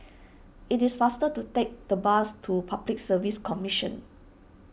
it is faster to take the bus to Public Service Commission